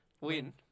win